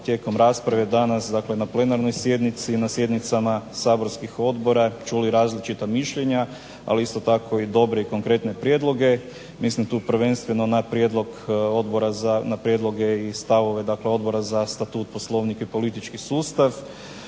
tijekom rasprave danas na plenarnoj sjednici, na sjednicama saborskih odbora čuli različita mišljenja ali isto tako dobre i konkretne prijedloge, mislim tu prvenstveno na prijedloge i stavove odbora za statut, poslovnik i politički sustav,